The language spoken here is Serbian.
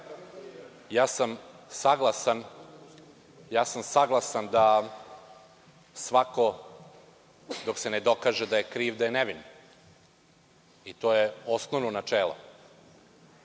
Saglasan sam da svako dok se ne dokaže da je kriv da je nevin. To je osnovno načelo.